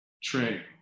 train